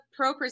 ProPresenter